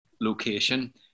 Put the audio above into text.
location